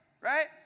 Right